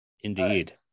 indeed